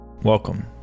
Welcome